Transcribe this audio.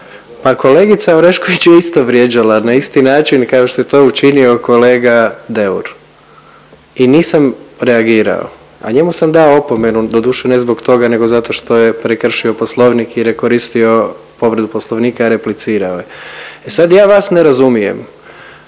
pa kolegica Orešković je isto vrijeđala na isti način kao što je to učinio kolega Deur i nisam reagirao, a njemu sam dao opomenu, doduše ne zbog toga nego zato što je prekršio Poslovnik jer je koristio povredu Poslovnika, replicirao je. E sad ja vas ne razumijem